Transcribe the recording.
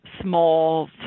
small